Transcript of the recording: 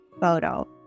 photo